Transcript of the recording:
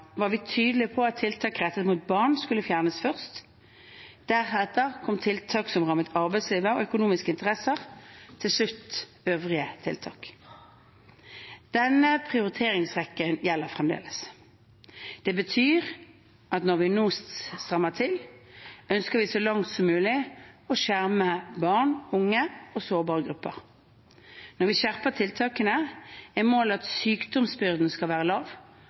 var vi tydelige på at tiltak rettet mot barn skulle fjernes først, deretter tiltak som rammet arbeidslivet og økonomiske interesser, og til slutt øvrige tiltak. Denne prioriteringsrekkefølgen gjelder fremdeles. Det betyr at når vi nå strammer til, ønsker vi så langt som mulig å skjerme barn, unge og sårbare grupper. Når vi skjerper tiltakene, er målet at sykdomsbyrden skal være lav,